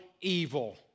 evil